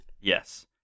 Yes